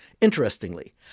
Interestingly